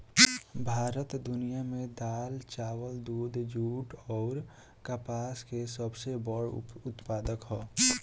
भारत दुनिया में दाल चावल दूध जूट आउर कपास के सबसे बड़ उत्पादक ह